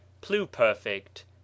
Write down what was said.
Pluperfect